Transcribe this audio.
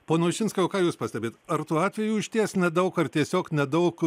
pone ušinskai o ką jūs pastebit ar tų atvejų išties nedaug ar tiesiog nedaug